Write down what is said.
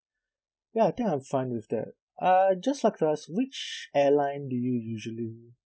ya I think I'm fine with that uh just like to ask which airline do you usually